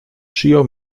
przyjął